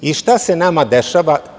I šta se nama dešava?